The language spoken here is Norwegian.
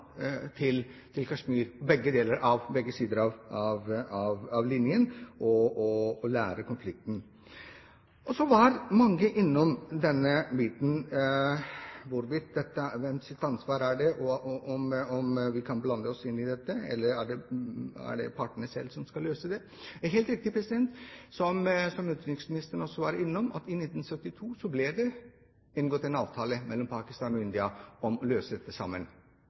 til Kashmir, til begge sider av linjen, for å lære om konflikten. Så har mange vært innom denne biten, om hvem som har ansvar for dette, om vi kan blande oss inn i det, eller om det er partene selv som må løse dette. Det er helt riktig som utenriksministeren også var innom, at i 1972 ble det inngått en avtale mellom Pakistan og India om å løse dette sammen.